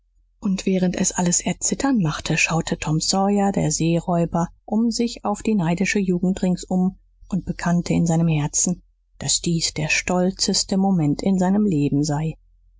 und während es alles erzittern machte schaute tom sawyer der seeräuber um sich auf die neidische jugend ringsum und bekannte in seinem herzen daß dies der stolzeste moment in seinem leben sei